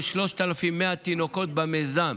כ-3,100 תינוקות במיזם,